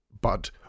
But